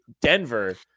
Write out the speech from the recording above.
Denver